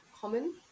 common